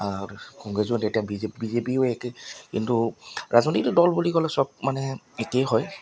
কংগ্ৰেছত এতিয়া B J P B J পিও একে কিন্তু ৰাজনৈতিক দল বুলি ক'লে চব মানে একেই হয়